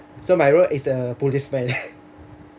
so my role is a policeman